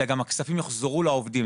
אלא גם הכספים יוחזרו לעובדים,